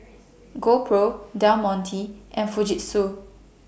GoPro Del Monte and Fujitsu